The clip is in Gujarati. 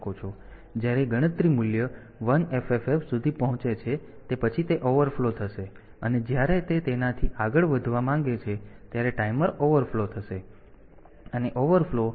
તેથી જ્યારે ગણતરી મૂલ્ય 1FFF સુધી પહોંચે છે તે પછી તે ઓવરફ્લો થશે અને જ્યારે તે તેનાથી આગળ વધવા માંગે છે ત્યારે ટાઈમર ઓવરફ્લો થશે અને ઓવરફ્લો TF બીટ સેટ કરવામાં આવશે